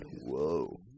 Whoa